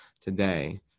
today